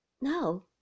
No